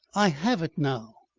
i have it now.